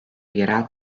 yerel